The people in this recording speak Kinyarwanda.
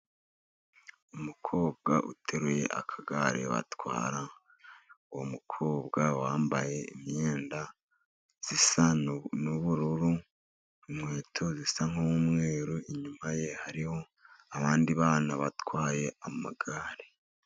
Umukobwa uteruye akagare batwara, uwo mukobwa wambaye imyenda isa n'ubururu n'inkweto zisa nk'umweru, inyuma ye hariho abandi bana batwaye amagare.